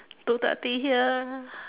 two thirty here